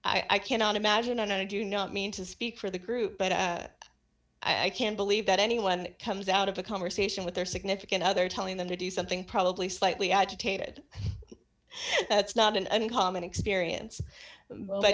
n i cannot imagine i know you do not mean to speak for the group but i can't believe that anyone comes out of a conversation with their significant other telling them to do something probably slightly agitated that's not an uncommon experience but